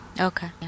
okay